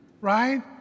right